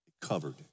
Covered